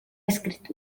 escrit